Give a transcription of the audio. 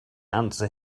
answer